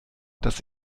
das